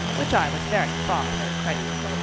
which i was very far from crediting.